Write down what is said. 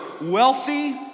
wealthy